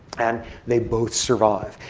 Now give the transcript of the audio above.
and they both survive.